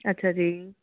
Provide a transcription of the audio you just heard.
ਅੱਛਾ ਜੀ